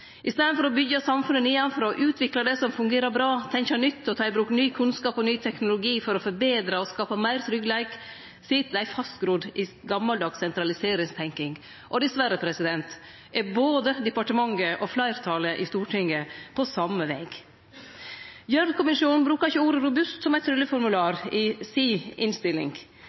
I staden for å byggje samfunnet nedanfrå og utvikle det som fungerer bra – tenkje nytt og ta i bruk ny kunnskap og ny teknologi for å forbetre og skape meir tryggleik – sit dei fastgrodde i gamaldags sentraliseringstenking. Dessverre er både departementet og fleirtalet i Stortinget på same veg. Gjørv-kommisjonen bruker ikkje ordet «robust» som ein trylleformular i si innstilling.